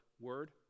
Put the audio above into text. Word